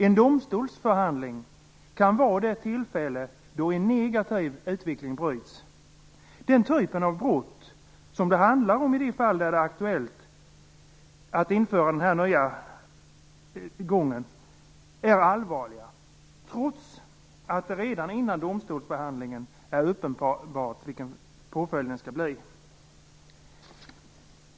En domstolsförhandling kan vara det tillfälle då en negativ utveckling bryts. Den typ av brott som det handlar om i de fall där det är aktuellt att införa den nya gången är allvarliga, trots att det redan innan domstolsbehandlingen är uppenbart vilken påföljden skall bli.